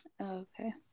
Okay